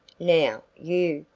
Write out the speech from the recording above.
now, you,